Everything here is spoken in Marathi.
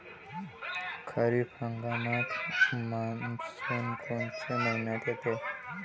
खरीप हंगामात मान्सून कोनच्या मइन्यात येते?